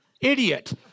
Idiot